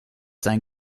sein